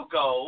go